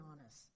honest